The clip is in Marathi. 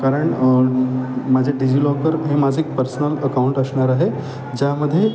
कारण माझे डीजीलॉकर हे माझे एक पर्सनल अकाऊंट असणार आहे ज्यामध्ये